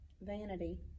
Vanity